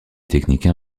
technique